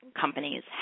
companies